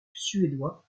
suédois